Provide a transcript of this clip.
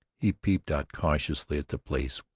he peeped out cautiously at the place,